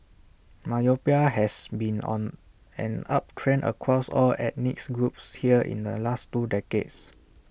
myopia has been on an uptrend across all ethnic groups here in the last two decades